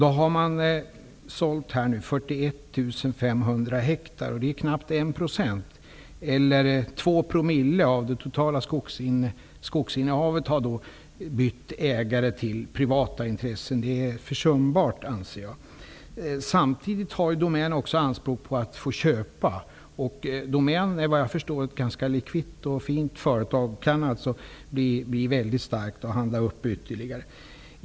Man har nu sålt ut knappt 1 %, nämligen 41 500 hektar. Det betyder att 2 promille av det totala skogsinnehavet har bytt ägare och övergått till privata intressenter. Jag anser att det är försumbart. Samtidigt gör Domän anspråk på att få köpa skogsmark. Domän är såvitt jag förstår ett starkt företag, med god likviditet, och kommer att kunna genomföra ytterligare upphandlingar.